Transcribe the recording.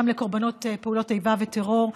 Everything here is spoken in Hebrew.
גם לקורבנות פעולות איבה וטרור.